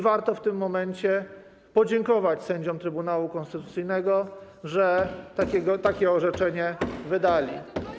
Warto w tym momencie podziękować sędziom Trybunału Konstytucyjnego za to, że takie orzeczenie wydali.